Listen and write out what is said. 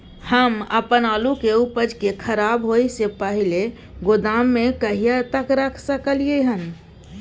हम अपन आलू के उपज के खराब होय से पहिले गोदाम में कहिया तक रख सकलियै हन?